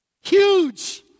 Huge